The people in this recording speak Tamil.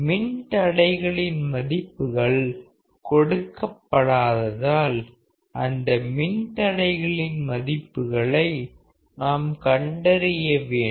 மின்தடைகளின் மதிப்புகள் கொடுக்கப்படாததால் அந்த மின்தடைகளின் மதிப்புகளை நாம் கண்டறியவேண்டும்